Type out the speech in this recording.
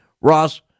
Ross